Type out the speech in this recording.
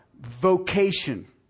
vocation